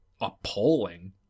appalling